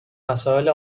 مسائل